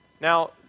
Now